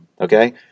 Okay